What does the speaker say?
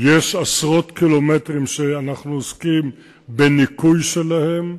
יש עשרות קילומטרים שאנחנו עוסקים בניקוי שלהם.